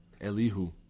Elihu